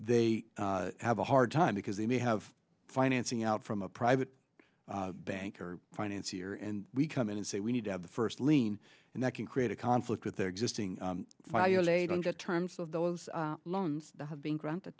they have a hard time because they may have financing out from a private bank or financier and we come in and say we need to have the first lien and that can create a conflict with their existing fire laid on the terms of those loans have been granted